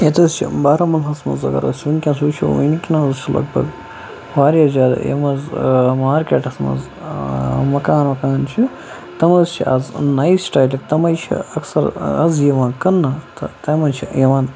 ییٚتہِ حظ چھِ بارہمولاہَس منٛز اگر أسۍ وٕنکٮ۪نَس وٕچھو وٕنکٮ۪نَس چھِ لگ بگ واریاہ زیادٕ یِم حظ مارکیٹَس منٛز مکان وکان چھِ تٕم حظ چھِ آز نَوِ سٹایلٕکۍ تِمَے چھِ اکثر آز یِوان کٕننہٕ تہٕ تَمہِ منٛز چھِ یِوان